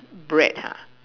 bread ha